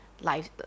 life